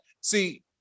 see